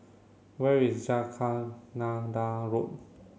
where is Jacaranda Road